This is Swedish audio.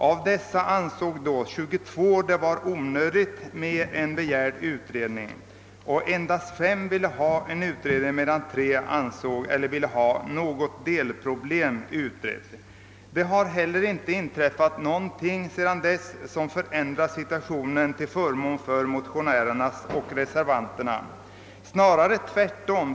Av dessa ansåg 22 att det var onödigt med en begärd utredning och endast fem instanser ville ha en utredning, medan tre önskade få något delproblem utrett. Det har inte inträffat något sedan dess som förändrar situationen till förmån för motionerna och reservationen, snarare tvärtom.